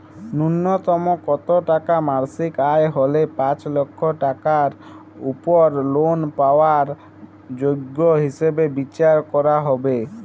ন্যুনতম কত টাকা মাসিক আয় হলে পাঁচ লক্ষ টাকার উপর লোন পাওয়ার যোগ্য হিসেবে বিচার করা হবে?